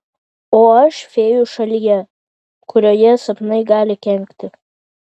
o aš fėjų šalyje kurioje sapnai gali kenkti